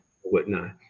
whatnot